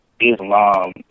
Islam